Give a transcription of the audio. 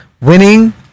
winning